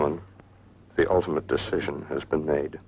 on the ultimate decision has been made